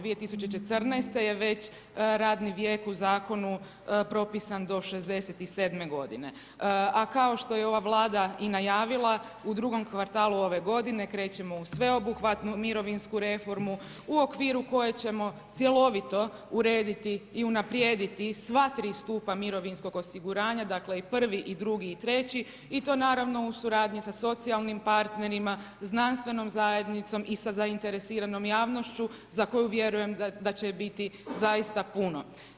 2014. je već radni vijek u Zakonu propisan do 67. godine, a kao što je ova Vlada i najavila, u drugom kvartalu ove godine krećemo u sveobuhvatnu mirovinsku reformu u okviru koje ćemo cjeloviti urediti i unaprijediti sva tri stupa mirovinskog osiguranja, dakle i I i II i III i to naravno, u suradnji sa socijalnim partnerima, znanstvenom zajednicom i sa zainteresiranom javnošću za koju vjerujem da će je biti zaista puno.